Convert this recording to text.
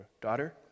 daughter